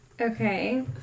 Okay